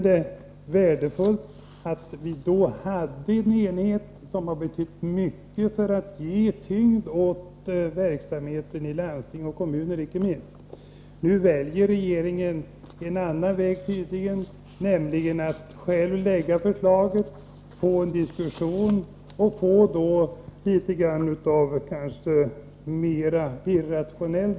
Den enighet som då uppnåddes har betytt mycket för att ge tyngd åt kulturverksamheten i icke minst landsting och kommuner. Nu väljer tydligen regeringen en annan väg, nämligen att så att säga själv lägga fram förslaget för diskussion, och då blir debatten nog litet mer irrationell.